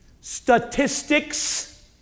statistics